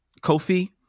Kofi